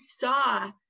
saw